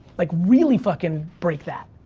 like, really fuckin' break that.